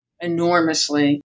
enormously